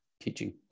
teaching